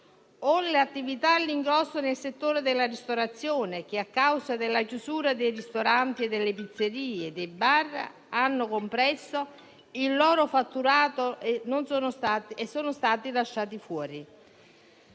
o alle imprese all'ingrosso nel settore della ristorazione che, a causa della chiusura dei ristoranti, delle pizzerie e dei bar, hanno compresso il loro fatturato e sono stati lasciati fuori.